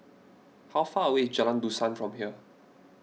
how far away is Jalan Dusan from here